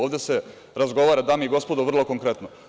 Ovde se razgovara, dame i gospodo, vrlo konkretno.